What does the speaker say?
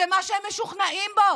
שמה שהם משוכנעים בו